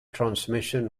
transmission